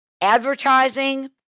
Advertising